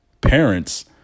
parents